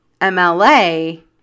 MLA